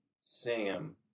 Sam